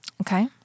okay